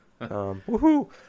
woohoo